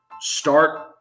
start